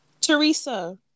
Teresa